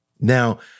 Now